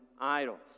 idols